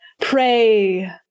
Pray